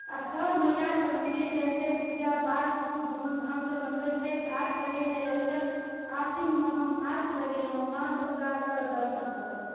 आ सभ मैयाके मन्दिर जाइ छथि पूजा पाठ खूब धूमधामसँ मनबै छथि आस लगेने रहै छथि आश्विनमे हम आश लगेलहुँ माँ दुर्गाके दर्शन करब